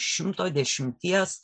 šimto dešimties